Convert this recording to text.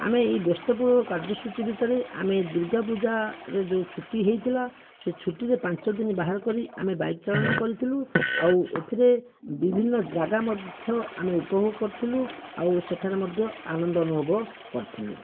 ଆମେ ଏହି ବ୍ୟସ୍ତବହୁଳ କାର୍ଯ୍ୟ ସୂଚୀ ଭିତରେ ଆମେ ଦୁର୍ଗା ପୂଜାରେ ଯେଉଁ ଛୁଟି ହୋଇଥିଲା ସେହି ଛୁଟିରେ ପାଞ୍ଚ ଦିନି ବାହାର କରି ଆମେ ବାଇକ ଚାଳନା କରିଥିଲୁ ଆଉ ଏଥିରେ ବିଭିନ୍ନ ଜାଗା ମଧ୍ୟ ଆମେ ଉପୋଭୋଗ କରିଥିଲୁ ଆଉ ସେଠାରେ ମଧ୍ୟ ଆନନ୍ଦ ଅନୁଭବ କରିଥିଲୁ